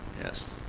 Yes